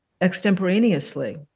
extemporaneously